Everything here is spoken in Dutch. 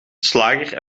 slager